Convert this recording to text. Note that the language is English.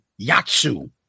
Yatsu